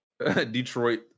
Detroit